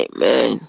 Amen